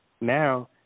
Now